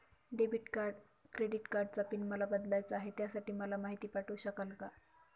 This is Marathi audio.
डेबिट आणि क्रेडिट कार्डचा पिन मला बदलायचा आहे, त्यासाठी मला माहिती पाठवू शकाल का?